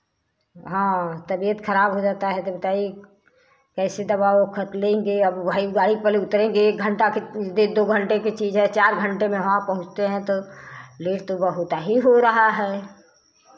हाँ तबियत खराब हो जाता है तो बताइए कैसे दवा ओखत लेंगे अब भाई वो गाड़ी पहले उतरेंगे एक घंटा के दे दो घंटे के चीज है चार घंटे में वहाँ पहुँचते हैं तो लेट तो बहुत ही हो रहा है